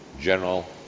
General